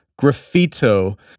Graffito